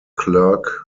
clerk